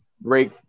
break